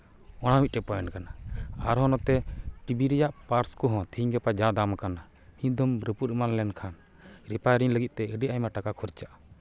ᱚᱱᱟ ᱢᱤᱫᱴᱟᱝ ᱯᱚᱭᱮᱱᱴ ᱠᱟᱱᱟ ᱟᱨᱦᱚᱸ ᱱᱚᱛᱮ ᱴᱤᱵᱷᱤ ᱨᱮᱭᱟᱜ ᱯᱟᱨᱴᱥ ᱠᱚᱦᱚᱸ ᱛᱮᱦᱤᱧ ᱜᱟᱯᱟ ᱡᱟ ᱫᱟᱢ ᱟᱠᱟᱱᱟ ᱠᱤᱱᱛᱩᱢ ᱨᱟᱹᱯᱩᱫ ᱮᱢᱟᱱ ᱞᱮᱠᱷᱟᱱ ᱨᱤᱯᱮᱭᱟᱨᱤᱝ ᱞᱟᱹᱜᱤᱫ ᱛᱮ ᱟᱹᱰᱤ ᱟᱭᱢᱟ ᱴᱟᱠᱟ ᱠᱷᱚᱨᱪᱟᱜᱼᱟ